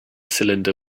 cylinder